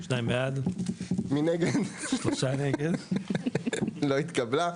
הצבעה בעד, 2 נגד, 3 נמנעים, 0 הרביזיה לא התקבלה.